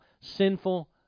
sinful